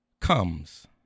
comes